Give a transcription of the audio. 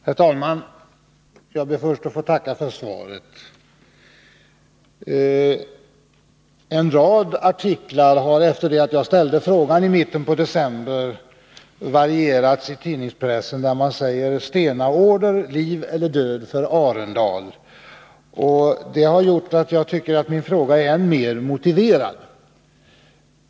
Herr talman! Jag ber först att få tacka för svaret. Efter det att jag ställde frågan i mitten av december har saken varierats i en rad artiklar i tidningspressen, där man säger: ”Stena-order liv eller död för Arendal!” Det gör att jag tycker att frågan är än mer motiverad.